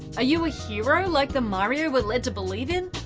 ah you a hero, like the mario we're led to believe in,